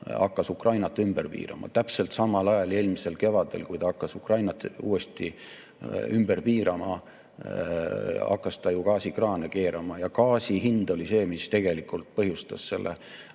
hakkas Ukrainat ümber piirama. Täpselt samal ajal, eelmisel kevadel, kui ta hakkas Ukrainat uuesti ümber piirama, hakkas ta ju gaasikraane keerama. Ja gaasi hind oli see, mis tegelikult põhjustas selle